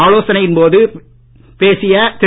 ஆலோசனையின் போது பேசிய திரு